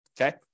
Okay